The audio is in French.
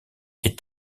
est